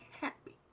happy